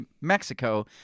Mexico